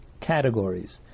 categories